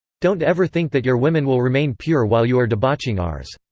don't ever think that your women will remain pure while you are debauching ours.